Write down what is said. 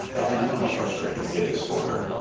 and i know how frustrating it is for her,